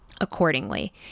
accordingly